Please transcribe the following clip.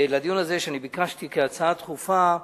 לדיון הזה, שביקשתי כהצעה דחופה,